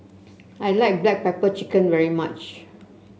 I like Black Pepper Chicken very much